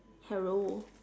hello